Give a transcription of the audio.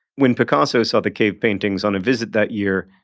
when picasso saw the cave paintings on a visit that year,